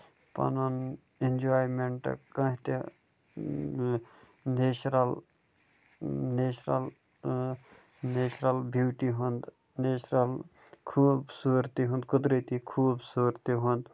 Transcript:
پَنُن اینجوایمینٹہٕ کانٛہہ تہِ نیچُرل نیچُرَل نیچُرَل بیوٹی ہُنٛد نیچُرَل خوٗبصوٗرتی ہُنٛد قُدرَتی خوٗبصوٗرتی ہُنٛد